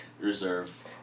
reserve